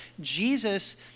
Jesus